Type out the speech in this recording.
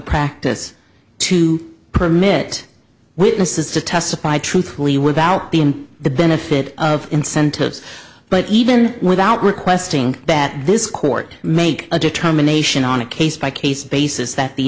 practice to permit witnesses to testify truthfully without being the benefit of incentives but even without requesting that this court make a determination on a case by case basis that the